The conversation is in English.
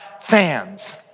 fans